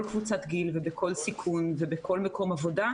קבוצת גיל ובכל סיכון ובכל מקום עבודה,